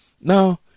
now